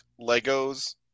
Legos